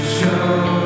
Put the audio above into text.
Show